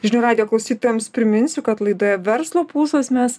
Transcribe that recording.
žinių radijo klausytojams priminsiu kad laidoje verslo pulsas mes